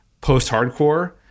post-hardcore